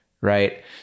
right